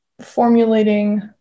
formulating